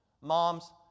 moms